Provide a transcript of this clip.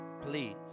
Please